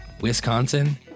Wisconsin